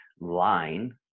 line